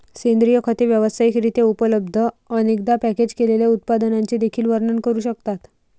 सेंद्रिय खते व्यावसायिक रित्या उपलब्ध, अनेकदा पॅकेज केलेल्या उत्पादनांचे देखील वर्णन करू शकतात